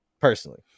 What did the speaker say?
personally